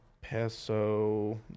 Peso